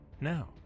Now